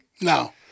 No